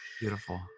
Beautiful